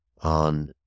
on